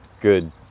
Good